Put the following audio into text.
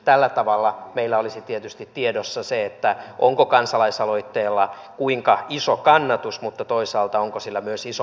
tällä tavalla meillä olisi tietysti tiedossa se kuinka iso kannatus kansalaisaloitteella on mutta toisaalta myös se onko sillä iso vastustus